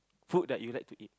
food that you like to eat